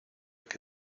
que